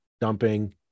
dumping